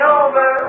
over